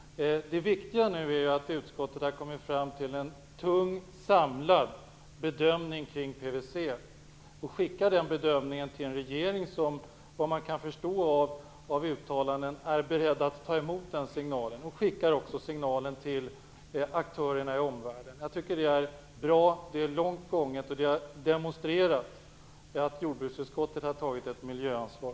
Det viktiga nu är att utskottet har kommit fram till en tung samlad bedömning kring PVC och skickar den bedömningen till en regering som, vad man kan förstå av uttalanden, är beredd att ta emot den signalen. Man skickar också signalen till aktörerna i omvärlden. Jag tycker att det är långt gånget, och det demonstrerar att jordbruksutskottet har tagit ett miljöansvar.